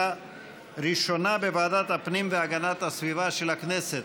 ראשונה בוועדת הפנים והגנת הסביבה של הכנסת.